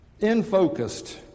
infocused